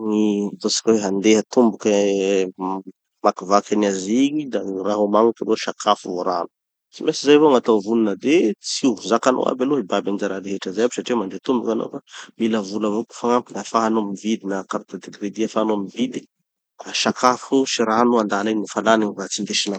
Gny ataotsika hoe handeha tomboky, hamakivaky an'i Asie igny da gny raha omagniko sakafo vo rano. Tsy maintsy zay avao gn'atao vonona. De tsy ho zakanao aby aloha hibaby any ze raha rehetra zay aby satria mandeha tomboky hanao ka mila vola avao koa fagnampiny ahafahanao mividy na carte de crédit ahafahanao mividy sakafo sy rano andala egny nofa lany gny vatsy indesinao.